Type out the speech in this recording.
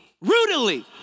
rudely